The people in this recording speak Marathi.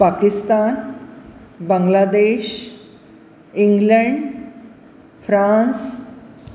Pakistan Bangladesh England France